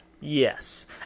Yes